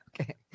okay